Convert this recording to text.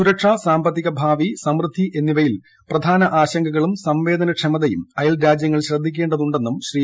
സുരക്ഷ സാമ്പത്തിക ഭാവി സമൃദ്ധി എന്നിവയിൽ പ്രി്യാന് ആശങ്കകളും സംവേദനക്ഷമത അയൽരാജ്യങ്ങൾ ശ്രദ്ധിക്ക്ണ്ടെന്നും ശ്രീ